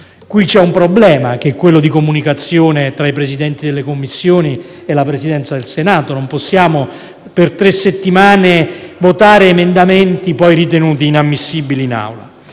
Qui c'è un problema, che è quello di comunicazione tra i Presidenti delle Commissioni e la Presidenza del Senato: non possiamo per tre settimane votare emendamenti poi ritenuti inammissibili in Aula.